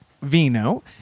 vino